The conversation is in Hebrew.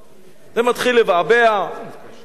זה מתחיל לבעבע ולגלוש.